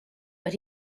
but